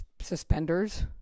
suspenders